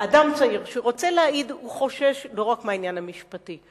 אדם צעיר שרוצה להעיד חושש לא רק מהעניין המשפטי.